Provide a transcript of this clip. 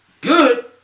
good